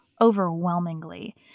Overwhelmingly